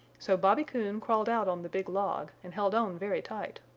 so bobby coon crawled out on the big log and held on very tight,